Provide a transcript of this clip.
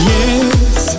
Yes